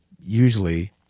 usually